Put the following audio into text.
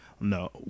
No